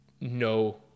no